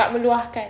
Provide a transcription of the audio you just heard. tak meluahkan